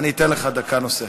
אולי תיתן לי דקה נוספת.